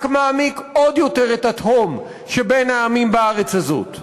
רק מעמיק עוד יותר את התהום שבין העמים בארץ הזאת.